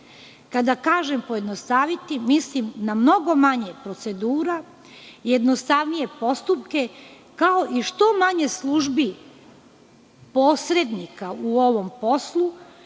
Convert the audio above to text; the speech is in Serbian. Kada kažem pojednostaviti, mislim na mnogo manje procedura, jednostavnije postupke, kao i što manje službi posrednika u ovom poslu,